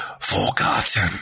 forgotten